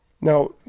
Now